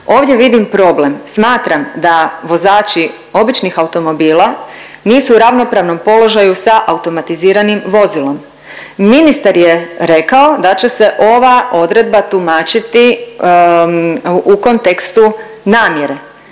Ovdje vidim problem, smatram da vozači običnih automobila nisu u ravnopravnom položaju sa automatiziranim vozilom. Ministar je rekao da će se ova odredba tumačiti u kontekstu namjere,